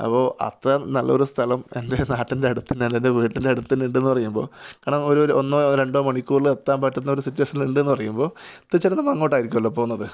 അപ്പോൾ അത്രയും നല്ലൊരു സ്ഥലം എന്റെ നാട്ടിന്റടുത്ത് തന്നെയല്ല എന്റെ വീട്ടിന്റടുത്ത് തന്നെയുണ്ടെന്നു പറയുമ്പോൾ കാരണം ഓരൊരു ഒന്നോ രണ്ടോ മണിക്കൂറിലെത്താന് പറ്റുന്ന ഒരു സിറ്റുവേഷനിലിണ്ടെന്നു പറയുമ്പോൾ തീര്ച്ചയായിട്ടും നമ്മൾ അങ്ങോട്ടായിരിക്കുമല്ലോ പോകുന്നത്